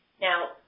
Now